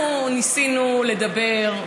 אנחנו ניסינו לדבר,